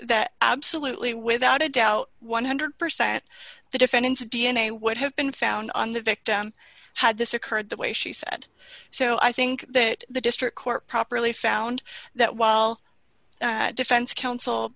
that absolutely without a doubt one hundred percent the defendant's d n a would have been found on the victim had this occurred the way she said so i think that the district court properly found that while the defense counsel